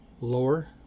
lower